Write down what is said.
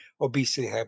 obesity